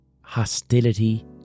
Hostility